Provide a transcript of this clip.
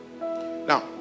Now